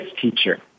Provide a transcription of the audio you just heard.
teacher